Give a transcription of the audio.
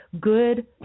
good